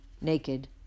naked